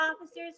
officers